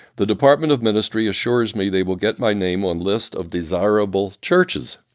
the department of ministry assures me they will get my name on lists of desirable churches.